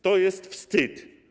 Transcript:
To jest wstyd.